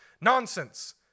Nonsense